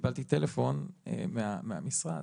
וקיבלתי טלפון מהמשרד,